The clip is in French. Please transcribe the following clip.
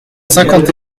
cinquante